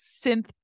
synth